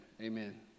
Amen